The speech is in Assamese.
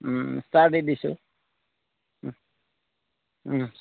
ষ্টাৰ দি দিছোঁ